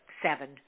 seven